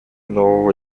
нового